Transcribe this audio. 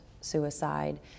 suicide